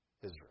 Israel